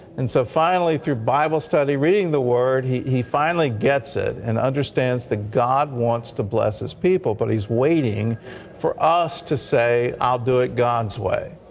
and so finally through bible study, reading the word, he he finally gets it and understands god wants to bless his people, but he's waiting for us to say i'll do it god's way.